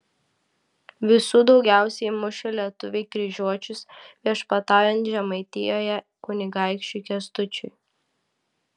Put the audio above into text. visų daugiausiai mušė lietuviai kryžiuočius viešpataujant žemaitijoje kunigaikščiui kęstučiui